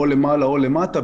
או למעלה או למטה,